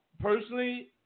personally